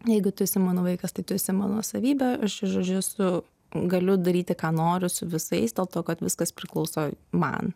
jeigu tu esi mano vaikas tai tu esi mano nuosavybė aš žodžiu su galiu daryti ką noriu su visais dėl to kad viskas priklauso man